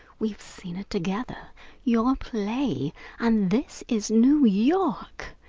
we've seen it together your play and this is new york!